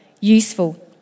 useful